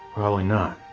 probably not.